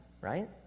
right